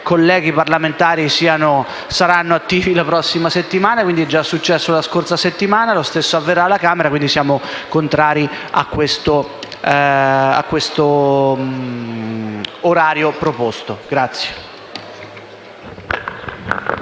colleghi parlamentari saranno attivi la prossima settimana. È già successo la scorsa settimana e lo stesso avverrà alla Camera, quindi siamo contrari a questo calendario. BELLOT